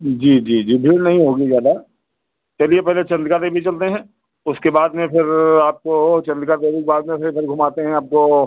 जी जी जी भीड़ नई होगी ज़्यादा चलिए पहले चन्द्रिका देवी चलते हैं उसके बाद में फिर आपको चन्द्रिका देवी के बाद में फिर कहीं घुमाते हैं आपको